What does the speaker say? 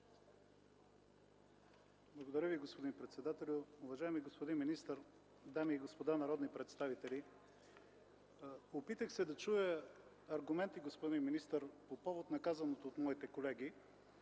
Благодаря Ви, господин председателю. Уважаеми господин министър, дами и господа народни представители! Опитах се да чуя аргументи, господин министър, по повод на казаното от моите колеги,